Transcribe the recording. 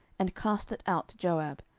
and cast it out to joab.